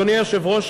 אדוני היושב-ראש,